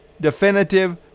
definitive